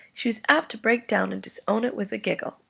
she was apt to break down and disown it with a giggle,